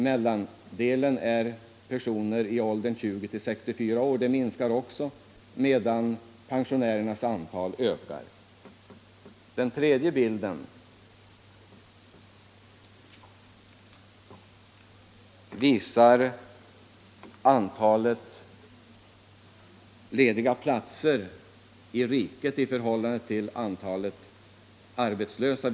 Mellandelen på bilden — personer i åldern 20-64 år — minskar också medan pensionärernas antal ökar. Den tredje bilden visar antalet lediga platser i riket i förhållandet till antalet arbetslösa.